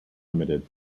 limited